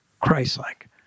Christ-like